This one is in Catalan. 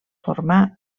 formà